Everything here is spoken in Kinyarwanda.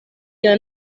iyo